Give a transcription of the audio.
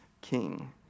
king